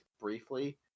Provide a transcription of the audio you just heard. briefly